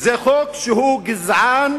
זה חוק שהוא גזען,